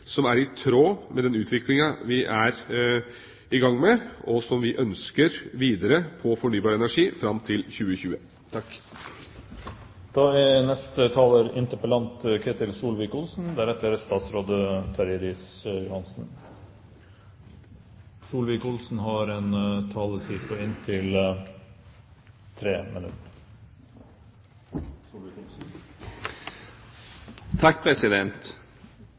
som er i tråd med den utviklinga vi er i gang med, og som vi ønsker videre på fornybar energi fram til 2020. Svaret er